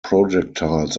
projectiles